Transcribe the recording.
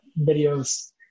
videos